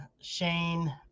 Shane